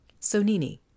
Sonini